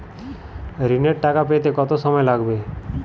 ঋণের টাকা পেতে কত সময় লাগবে?